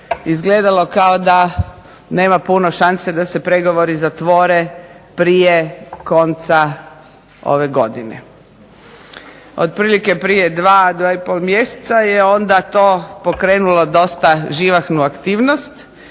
izgledalo kao da nema puno šanse da se pregovori zatvore prije konca ove godine. Otprilike prije dva i pol mjeseca je onda to pokrenulo dosta živahnu aktivnost